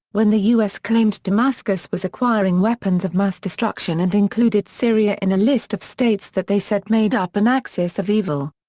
when the us claimed damascus was acquiring weapons weapons of mass destruction and included syria in a list of states that they said made-up an axis of evil.